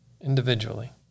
individually